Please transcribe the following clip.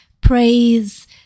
praise